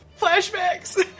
flashbacks